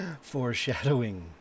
foreshadowing